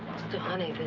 mr. honey,